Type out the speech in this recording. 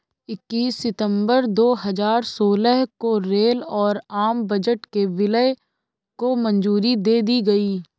इक्कीस सितंबर दो हजार सोलह को रेल और आम बजट के विलय को मंजूरी दे दी गयी